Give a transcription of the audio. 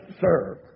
serve